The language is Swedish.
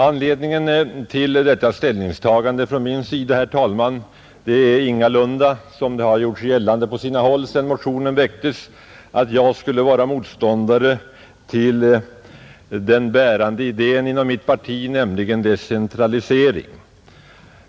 Anledningen till detta ställningstagande från min sida är ingalunda, som det har gjorts gällande på sina håll sedan motionen väcktes, att jag skulle vara motståndare till den bärande idén inom mitt parti, nämligen decentralisering.